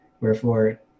Wherefore